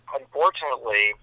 unfortunately